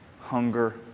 hunger